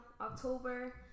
october